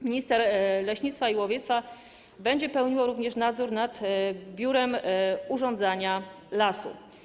Minister leśnictwa i łowiectwa będzie pełnił również nadzór nad biurem urządzania lasu.